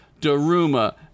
Daruma